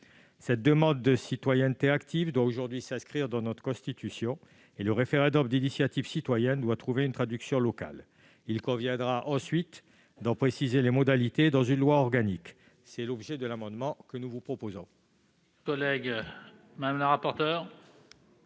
Cette demande de citoyenneté active doit aujourd'hui s'inscrire dans notre Constitution, et le référendum d'initiative citoyenne doit trouver une traduction locale. Il conviendra ensuite d'en préciser les modalités dans une loi organique. Quel est l'avis de la commission ? Mon